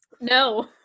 No